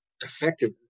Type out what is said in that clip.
effective